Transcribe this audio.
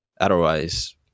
Otherwise